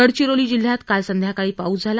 गडचिरोली जिल्ह्यात काल संध्याकाळी पाऊस झाला